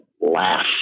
laugh